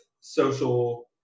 social